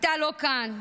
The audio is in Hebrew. אתה לא כאן,